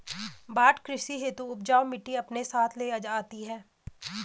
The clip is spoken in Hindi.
बाढ़ कृषि हेतु उपजाऊ मिटटी अपने साथ ले आती है